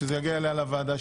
שכשזה יגיע אליה לוועדה,